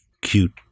cute